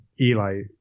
eli